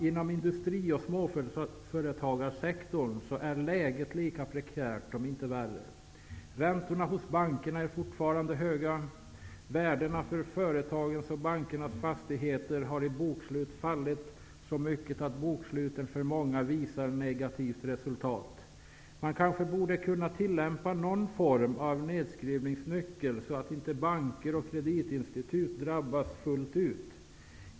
Inom industri och småföretagarsektorn är läget lika prekärt, om inte värre. Räntorna hos bankerna är fortfarande höga. Värdena för företagens och bankernas fastigheter har i bokslut fallit så mycket att boksluten för många visar negativa resultat. Man kanske kunde tillämpa någon form av nedskrivningsnyckel så att inte banker och kreditinstitut drabbas fullt ut.